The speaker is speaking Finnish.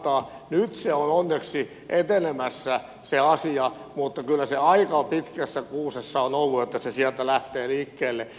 nyt se asia on onneksi etenemässä mutta kyllä se aika pitkässä kuusessa on ollut että se sieltä lähtee liikkeelle